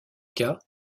cas